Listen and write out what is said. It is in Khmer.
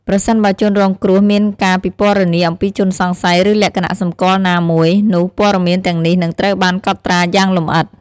ប្រសិនបើជនរងគ្រោះមានការពិពណ៌នាអំពីជនសង្ស័យ ឬលក្ខណៈសម្គាល់ណាមួយ នោះព័ត៌មានទាំងនេះនឹងត្រូវបានកត់ត្រាយ៉ាងលម្អិត។